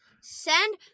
Send